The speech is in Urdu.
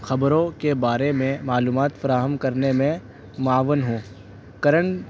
خبروں کے بارے میں معلومات فراہم کرنے میں معاون ہوں کرنٹ